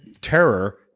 terror